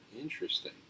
Interesting